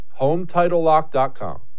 HomeTitleLock.com